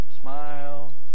smile